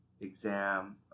exam